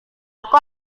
aku